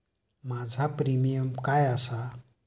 माझो प्रीमियम काय आसा?